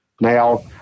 Now